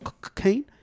cocaine